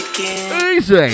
¡Easy